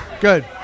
Good